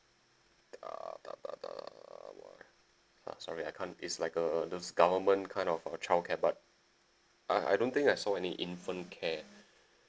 err what uh sorry I can't it's like uh uh those government kind of uh childcare but I I don't think I saw any infant care